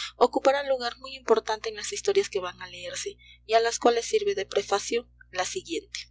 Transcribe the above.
peces ocupará lugar muy importante en las historias que van a leerse y a las cuales sirve de prefacio la siguiente